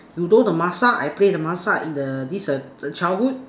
you know the Masak I play the Masak in the this uh the childhood